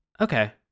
Okay